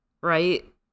right